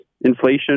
Inflation